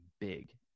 big